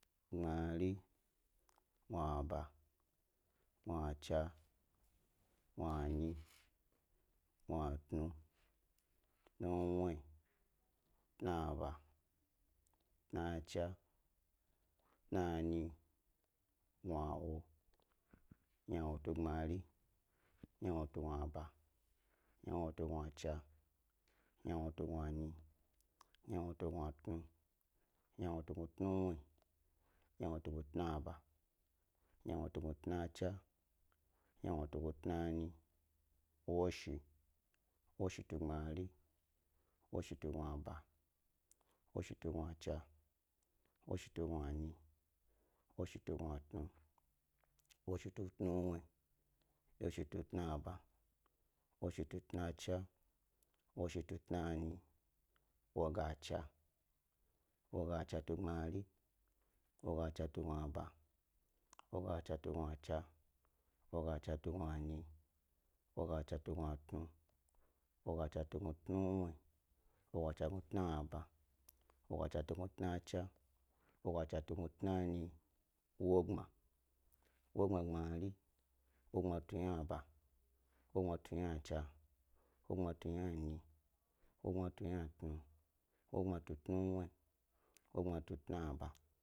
Gbmari, gnaba, gnachna, gnanyi, gnatnu, tnuwnuwyi tnaba, tnachna, tnanyi gnawo, ynawo tu bi gbmari, ynawo tu yna ba, ynawo tu yna chna, ynawo tu yna nyi, ynawo tu gnatunu ynawo tu gnatnuwnuwyi ynawo tu gnu tnaba ynawo tu gnu chna ynawo tu gnu nyi. Woshi, woshi tu gbmari, woshi tu gna'aba, woshi tu gnat nu, woshi tut nu wnuwyi, woshi tu tna'aba, woshi tu tnachna, woshi tu tna nyi, wogachna. Woga chna tu gbmari, woga chna tu gna aba, wogachna tu gna'achna, wogachna tu gnanyi, wogachna tu gnatnu, wogachna tu gnat nu wnuwyi, wo gachna tu gnatna'aba, woga chna tu tnachna, wogachna tu tnanyi, wogbma. Wogbma gbmari, wogbma tu ynaba, wogbma tu yna chna, wogbma tu yna nyi, wogbma tu yna tnu, wogbma tutnuwnuwyi, wogbma tu tna'aba.